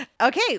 Okay